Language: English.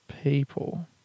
people